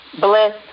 bless